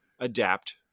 adapt